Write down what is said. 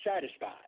satisfied